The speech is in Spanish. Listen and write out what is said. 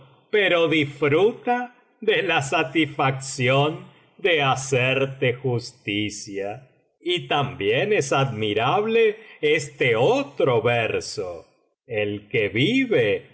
pero disfruta de la satisfacción de hacerte justicia y también es admirable este otro verso el que vive